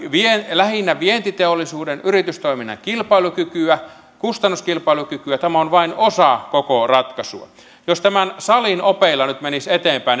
lähinnä vientiteollisuuden yritystoiminnan kilpailukykyä kustannuskilpailukykyä tämä on vain osa koko ratkaisua jos tämän salin opeilla nyt menisi eteenpäin